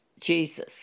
Jesus